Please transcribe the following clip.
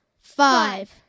five